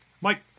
Mike